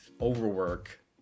overwork